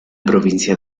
provincia